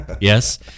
Yes